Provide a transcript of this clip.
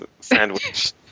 Sandwich